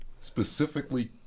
specifically